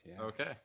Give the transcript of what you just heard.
okay